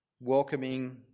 welcoming